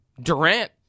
Durant